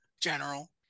General